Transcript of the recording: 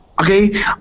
okay